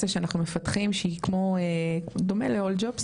שאנחנו מפתחים שהיא דומה ל- Alljobs,